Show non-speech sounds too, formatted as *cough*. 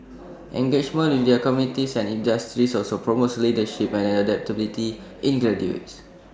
*noise* engagement with their communities and industries also promotes leadership and adaptability in graduates